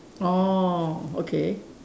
orh okay